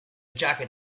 jacket